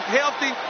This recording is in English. healthy